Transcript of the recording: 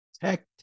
tech